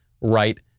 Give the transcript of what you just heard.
right